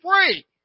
free